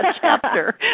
chapter